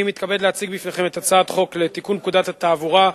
אני מתכבד להציג בפניכם את הצעת חוק לתיקון פקודת התעבורה (מס'